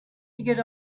could